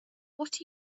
what